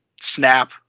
snap